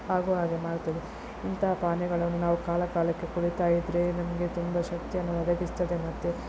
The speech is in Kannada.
ಆಗುವ ಹಾಗೆ ಮಾಡ್ತದೆ ಇಂತಹ ಪಾನೀಯಗಳನ್ನು ನಾವು ಕಾಲ ಕಾಲಕ್ಕೆ ಕುಡಿತಾ ಇದ್ದರೆ ನಮಗೆ ತುಂಬ ಶಕ್ತಿಯನ್ನು ಒದಗಿಸ್ತದೆ ಮತ್ತು